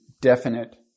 definite